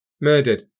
Murdered